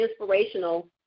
inspirational